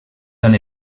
tan